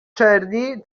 czerni